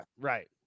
right